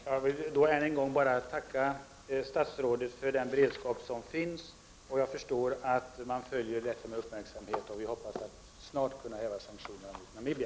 Fru talman! Jag vill än en gång tacka statsrådet för den beredskap som finns. Jag förstår att regeringen följer utvecklingen med uppmärksamhet. Vi hoppas att snart kunna häva sanktionerna mot Namibia.